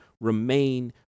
remain